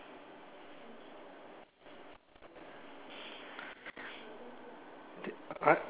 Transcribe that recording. alright